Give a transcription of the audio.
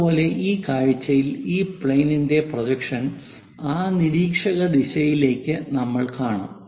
അതുപോലെ ഈ കാഴ്ചയിൽ ഈ പ്ലെയിനിന്റെ പ്രൊജക്ഷൻ ആ നിരീക്ഷക ദിശയിലേക്ക് നമ്മൾ കാണും